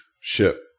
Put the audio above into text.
ship